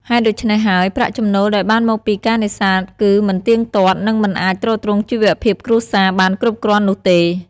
ហេតុដូច្នេះហើយ ប្រាក់ចំណូលដែលបានមកពីការនេសាទគឺមិនទៀងទាត់ និងមិនអាចទ្រទ្រង់ជីវភាពគ្រួសារបានគ្រប់គ្រាន់នោះទេ។